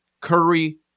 Curry